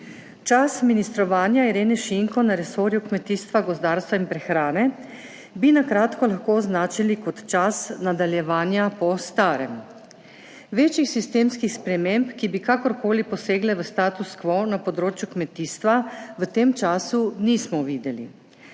Čas ministrovanja Irene Šinko na resorju kmetijstva, gozdarstva in prehrane bi na kratko lahko označili kot čas nadaljevanja po starem. Večjih sistemskih sprememb, ki bi kakorkoli posegle v status quo na področju kmetijstva, v tem času nismo videli.